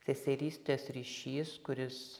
seserystės ryšys kuris